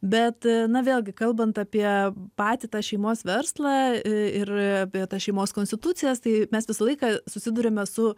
bet na vėlgi kalbant apie patį tą šeimos verslą ir tas šeimos konstitucijas tai mes visą laiką susiduriame su